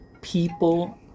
People